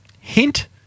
Hint